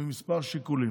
מכמה שיקולים.